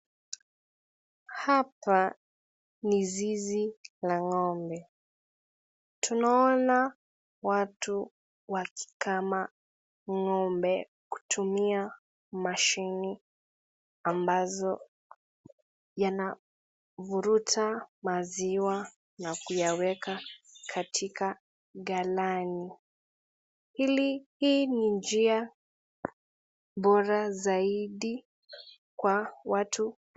Hapa ni zizi la ng'ombe. Tunaona watu wakikama ng'ombe kutumia mashini ambazo yanavuruta maziwa na kuyaweka katika galani. Hili hii ni njia bora zaidi kwa watu.